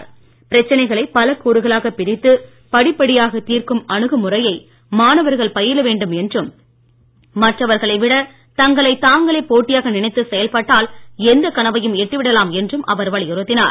பாதுகாத்து இருப்பது பிரச்சனைகளை பலக் கூறுகளாக பிரித்து படிப்படியாக தீர்க்கும் அணுகுமுறையை மாணவர்கள் பயில வேண்டும் என்றும் மற்றவர்களை விட தங்களை தாங்களே போட்டியாக நினைத்து செயல்பட்டால் எந்த கனவையும் எட்டி விடலாம் என்றும் அவர் வலியுறுத்தினார்